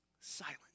silent